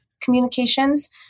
communications